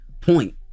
point